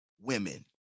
women